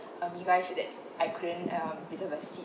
um you guys said that I couldn't um reserved a seat